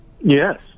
Yes